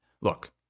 look